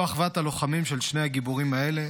זו אחוות הלוחמים של שני הגיבורים האלה,